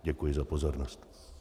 Děkuji za pozornost.